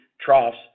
troughs